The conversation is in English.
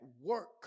work